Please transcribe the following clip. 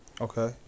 Okay